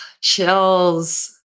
chills